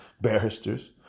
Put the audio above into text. barristers